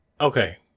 okay